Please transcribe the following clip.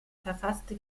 verfasste